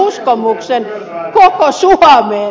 te olette väärässä